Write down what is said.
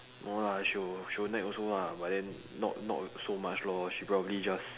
no lah she will she will nag also lah but then not not so much lor she probably just